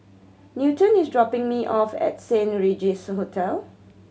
Newton is dropping me off at Saint Regis Hotel